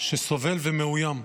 סובל ומאוים.